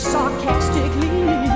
Sarcastically